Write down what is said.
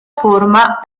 forma